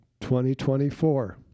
2024